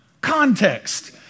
context